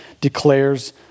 declares